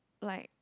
like